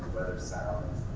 sounds,